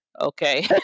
Okay